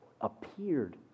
appeared